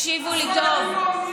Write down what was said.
תקשיבו לי טוב,